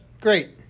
Great